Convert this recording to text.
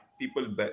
People